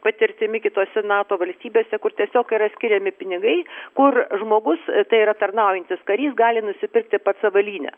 patirtimi kitose nato valstybėse kur tiesiog yra skiriami pinigai kur žmogus tai yra tarnaujantis karys gali nusipirkti pats avalynę